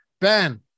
Ben